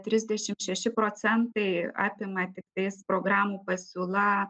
trisdešim šeši procentai apima tiktais programų pasiūla